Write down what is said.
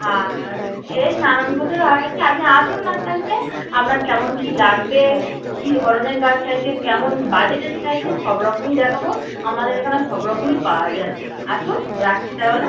আর এর নানান স্রোতের আছে আপনি আসুন না কালকে আপনার কেমন কী লাগবে কী ধরনের গাছ চাইছেন কেমন বাজেটের চাইছেন সব রকমই দেখাবো আমাদের এখানে সব রকমই পাওয়া যায় আসুন রাখছি তাহলে